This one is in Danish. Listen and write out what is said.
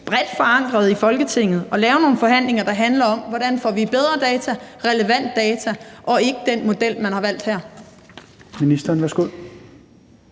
bredt forankret i Folketinget at sætte gang i nogle forhandlinger, der handler om, hvordan vi får bedre data, relevant data og ikke den model, man har valgt her?